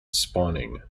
spawning